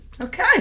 Okay